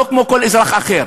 לא כמו כל אזרח אחר.